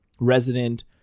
resident